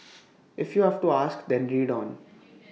if you have to ask then read on